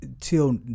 till